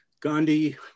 Gandhi